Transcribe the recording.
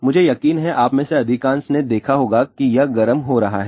मुझे यकीन है कि आप में से अधिकांश ने देखा होगा कि यह गर्म हो रहा है